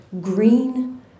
green